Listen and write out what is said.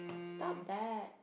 stop that